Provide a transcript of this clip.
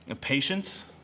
Patience